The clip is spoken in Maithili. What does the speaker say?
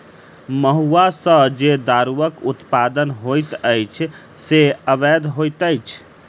महुआ सॅ जे दारूक उत्पादन होइत अछि से अवैध होइत अछि